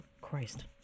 Christ